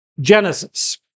Genesis